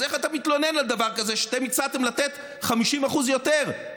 אז איך אתה מתלונן על דבר כזה כשאתם הצעתם לתת 50% יותר?